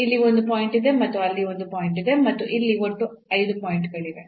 ಇಲ್ಲಿ ಒಂದು ಪಾಯಿಂಟ್ ಇದೆ ಮತ್ತು ಅಲ್ಲಿ ಒಂದು ಪಾಯಿಂಟ್ ಇದೆ ಮತ್ತು ಇಲ್ಲಿ ಒಟ್ಟು 5 ಪಾಯಿಂಟ್ ಗಳಿವೆ